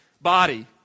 body